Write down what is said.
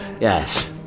Yes